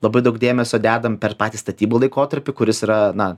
labai daug dėmesio dedam per patį statybų laikotarpį kuris yra na